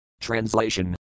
Translation